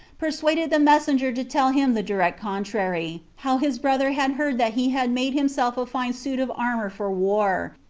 persuaded the messenger to tell him the direct contrary how his brother had heard that he had made himself a fine suit of armor for war,